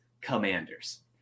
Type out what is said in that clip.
Commanders